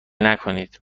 نکنید